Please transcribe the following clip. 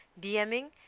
DMing